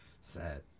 Sad